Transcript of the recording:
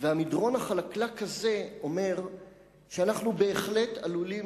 ובגלל המדרון החלקלק הזה אנחנו בהחלט עלולים